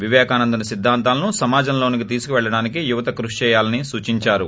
విపేకానందుని సిద్దాంతాలను సమాజంలోకి తీసుకు వెళ్చడానికి యువత కృషి చేయాలని సూచించారు